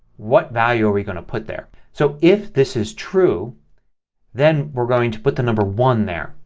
what value are we going to put there. so if this is true then we're going to put the number one there.